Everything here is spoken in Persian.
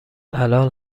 الان